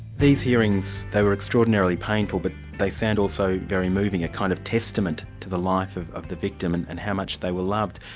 these hearings, they were extraordinarily painful but they sound also very moving, a kind of testament to the life of of the victim and and how much they were loved.